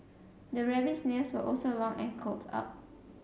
the rabbit's nails were also long and curled up